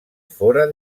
fora